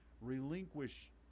relinquish